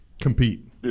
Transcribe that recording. compete